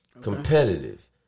competitive